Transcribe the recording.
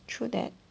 true that